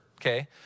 okay